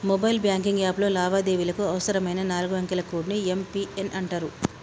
mobile banking యాప్లో లావాదేవీలకు అవసరమైన నాలుగు అంకెల కోడ్ ని యం.పి.ఎన్ అంటరు